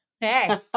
Hey